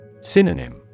Synonym